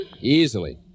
Easily